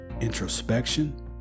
introspection